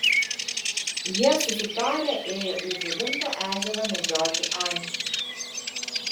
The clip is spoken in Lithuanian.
jie susitarę ėjo į žuvinto ežerą medžioti ančių